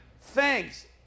thanks